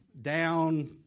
down